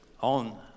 on